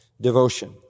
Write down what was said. devotion